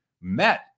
met